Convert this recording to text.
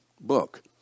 book